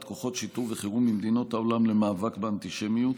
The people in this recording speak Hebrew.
כוחות שיטור וחירום ממדינות העולם למאבק באנטישמיות.